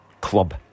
club